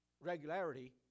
regularity